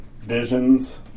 visions